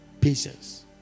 Patience